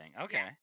Okay